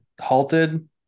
halted